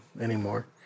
anymore